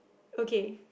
okay